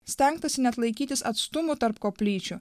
stengtasi net laikytis atstumų tarp koplyčių